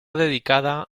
dedicada